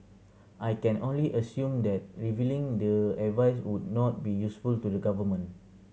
I can only assume that revealing the advice would not be useful to the government